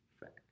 fact